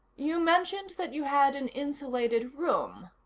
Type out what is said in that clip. you mentioned that you had an insulated room,